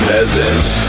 Peasants